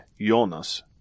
Jonas